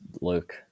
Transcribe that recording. Luke